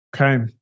Okay